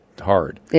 hard